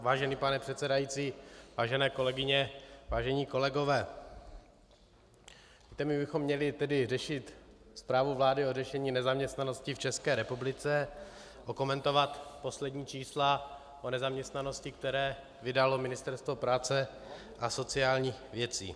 Vážený pane předsedající, vážené kolegyně, vážení kolegové, víte, my bychom měli řešit zprávu vlády o řešení nezaměstnanosti v České republice, okomentovat poslední čísla o nezaměstnanosti, která vydalo Ministerstvo práce a sociálních věcí.